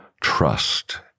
trust